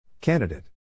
Candidate